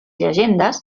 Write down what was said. llegendes